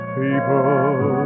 people